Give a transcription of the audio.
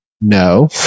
No